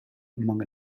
among